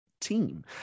Team